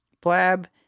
Blab